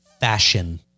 Fashion